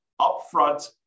upfront